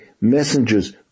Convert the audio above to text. messengers